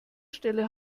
stelle